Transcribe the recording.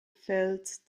feld